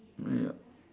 ya